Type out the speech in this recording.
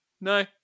No